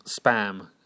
spam